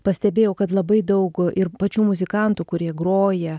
pastebėjau kad labai daug ir pačių muzikantų kurie groja